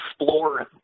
explore